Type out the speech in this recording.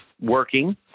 working